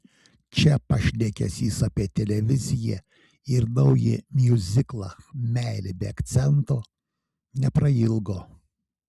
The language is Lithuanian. čia pašnekesys apie televiziją ir naują miuziklą meilė be akcento neprailgo